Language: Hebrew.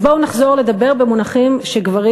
אז בואו נחזור לדבר במונחים שגברים